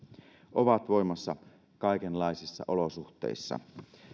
ovat voimassa kaikenlaisissa olosuhteissa